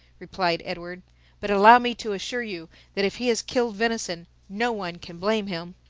replied edward but allow me to assure you that if he has killed venison, no one can blame him.